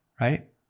right